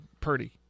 Purdy